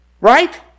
Right